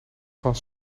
van